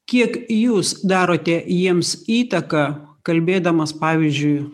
kiek jūs darote jiems įtaką kalbėdamas pavyzdžiui